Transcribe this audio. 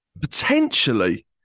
potentially